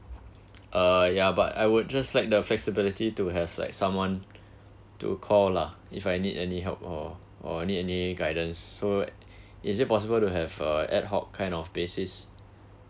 uh ya but I would just like the flexibility to have like someone to call lah if I need any help or or I need any guidance so it is impossible to have uh ad hoc kind of basis